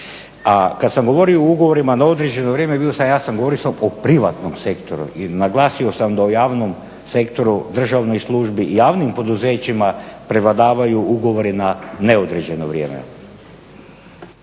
A kad sam govorio o ugovorima na određeno vrijeme, bio sam jasan, govorio sam o privatnom sektoru i naglasio sam da u javnom sektoru, državnoj službi i javnim poduzećima prevladavaju ugovori na neodređeno vrijeme.